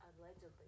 allegedly